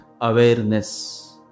awareness